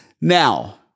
Now